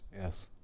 Yes